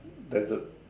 desert